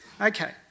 Okay